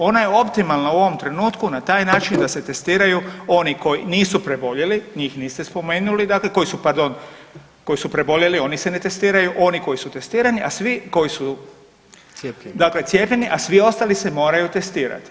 Ona je optimalna u ovom trenutku na taj način da se testiraju oni koji nisu preboljeli, njih niste spomenuli, dakle koji su pardon, koji su preboljeli oni se ne testiraju, oni koji su testirani, a svi koji su [[Upadica: Cijepljeni.]] dakle cijepljeni, a svi ostali se moraju testirati.